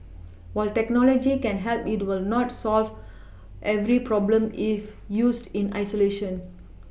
while technology can help it will not solve every problem if used in isolation